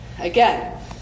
Again